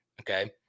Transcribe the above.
okay